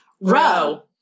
Row